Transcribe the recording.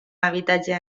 habitatge